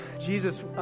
Jesus